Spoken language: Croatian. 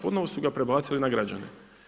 Ponovo su ga prebacili na građane.